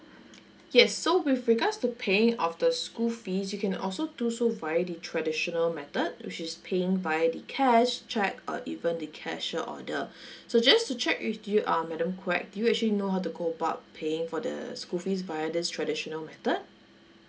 yes so with regards to paying of the school fees you can also do so via the traditional method which is paying via the cash check or even the cashier order so just to check with you um madam quak do you actually know how to go about paying for the school fees via this traditional method